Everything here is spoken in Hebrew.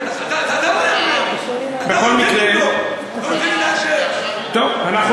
אתה לא נותן לי לבנות, לא נותן לי לאשר.